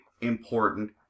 important